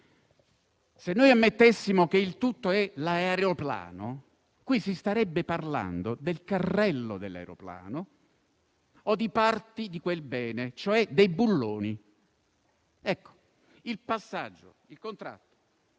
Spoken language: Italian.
se ammettessimo che il tutto è l'aeroplano, qui si starebbe parlando del carrello dell'aeroplano o di parti di quel bene, cioè dei bulloni. Ecco, il contratto